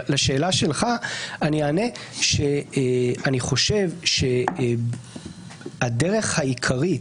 לשאלה שלך אני אענה שאני חושב שהדרך העיקרית,